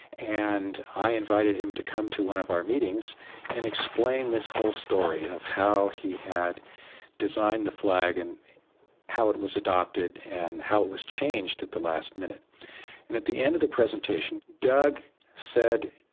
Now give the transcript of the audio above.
and i invited him to come to one of our meetings and explain this whole story of how he had designed the flag, and how it was adopted, and how it was changed at the last minute at the end of the presentation, doug said,